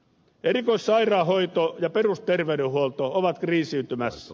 erikoissairaanhoito ja perusterveydenhuolto ovat kriisiytymässä